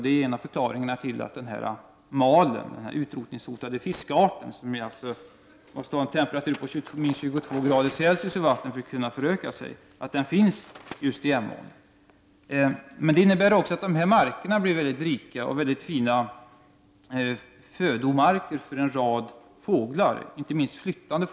Det är en av förklaringarna till att malen, den utrotningshotade fiskarten som måste ha en temperatur på minst 22” C i vattnet för att kunna föröka sig, finns just i Emån. Detta innebär också att dessa marker blir mycket rika och fina födomarker för en rad fåglar, inte minst flyttfåglar.